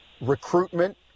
recruitment